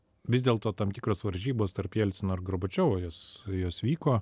vis dėlto tam tikros varžybos tarp jelcino ir gorbačiovo jos jos vyko